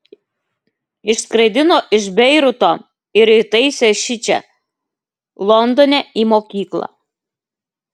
išskraidino iš beiruto ir įtaisė šičia londone į mokyklą